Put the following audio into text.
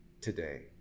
today